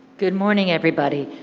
good morning, everybody,